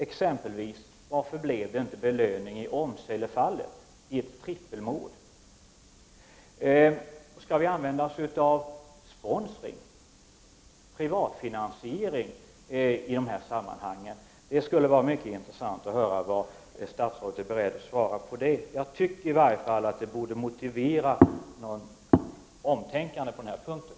Varför blev det exempelvis inte någon belöning i Åmselefallet, ett trippelmord? Skall vi utnyttja sponsring, privatfinansiering, i de här sammanhangen? Det skulle vara mycket intressant att höra vad statsrådet är beredd att svara på det. Jag tycker i alla fall att detta borde motivera ett omtänkande på den punkten.